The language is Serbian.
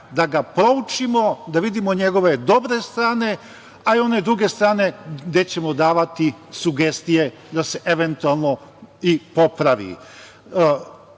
da ga proučimo, da vidimo njegove dobre strane, ali i one druge strane gde ćemo davati sugestije da se eventualno i popravi. Takođe,